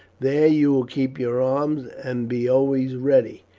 there you will keep your arms, and be always ready,